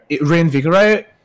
reinvigorate